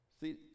See